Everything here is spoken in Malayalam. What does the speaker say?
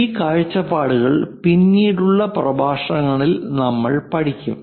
ഈ കാഴ്ചപ്പാടുകൾ പിന്നീടുള്ള പ്രഭാഷണങ്ങളിൽ നാം പഠിക്കും